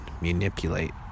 Manipulate